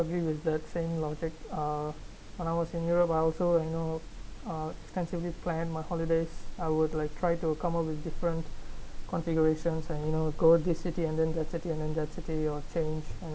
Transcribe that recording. agree with the same logic uh when I was in europe I also you know uh extensively plan my holidays I would like try to come up with different configurations and you know go this city and then that city and that city you will change